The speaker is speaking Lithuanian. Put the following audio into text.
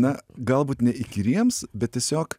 na galbūt ne įkyriems bet tiesiog